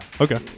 Okay